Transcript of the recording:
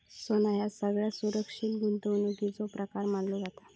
सोना ह्यो सगळ्यात सुरक्षित गुंतवणुकीचो प्रकार मानलो जाता